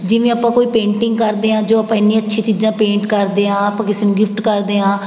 ਜਿਵੇਂ ਆਪਾਂ ਕੋਈ ਪੇਂਟਿੰਗ ਕਰਦੇ ਹਾਂ ਜੋ ਆਪਾਂ ਇੰਨੀ ਅੱਛੀ ਚੀਜ਼ਾਂ ਪੇਂਟ ਕਰਦੇ ਹਾਂ ਆਪਾਂ ਕਿਸੇ ਨੂੰ ਗਿਫਟ ਕਰਦੇ ਹਾਂ